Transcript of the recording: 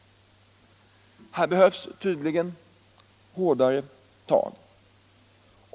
Här behövs betydligt hårdare tag.